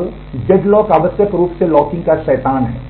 अब डेडलॉक आवश्यक रूप से लॉकिंग का शैतान है